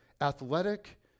athletic